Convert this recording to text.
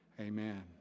amen